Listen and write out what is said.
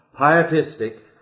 pietistic